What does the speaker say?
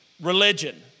Religion